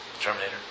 Terminator